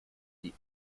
sie